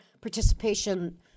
participation